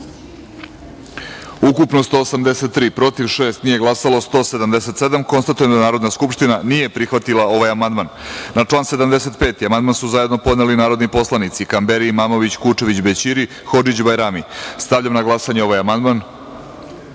ukupno – 183, protiv – šest, nije glasalo – 177.Konstatujem da Narodna skupština nije prihvatila ovaj amandman. Na član 75. amandman su zajedno podneli narodni poslanici: Kamberi, Imamović, Kučević, Bećiri, Hodžić i Bajrami. Stavljam na glasanje ovaj